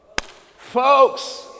folks